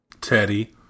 Teddy